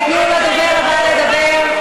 תנו לדובר הבא לדבר.